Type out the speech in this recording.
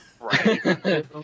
right